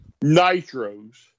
Nitros